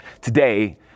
Today